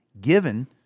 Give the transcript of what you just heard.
given